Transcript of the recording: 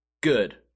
good